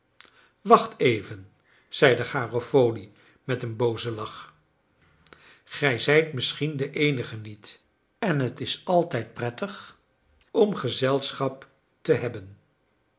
wacht even zeide garofoli met een boozen lach gij zijt misschien de eenige niet en het is altijd prettig om gezelschap te hebben